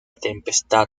tempestad